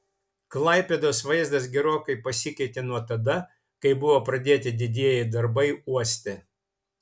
klaipėdos vaizdas gerokai pasikeitė nuo tada kai buvo pradėti didieji darbai uoste